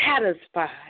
satisfied